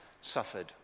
suffered